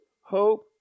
hope